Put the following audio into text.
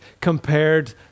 compared